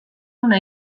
una